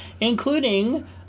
Including